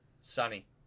Sunny